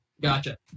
Gotcha